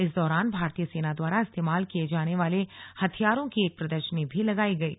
इस दौरान भारतीय सेना द्वारा इस्तेमाल किए जाने वाले हथियारों की एक प्रदर्शनी भी लगाई गयी